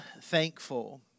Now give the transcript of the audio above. thankful